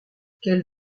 quels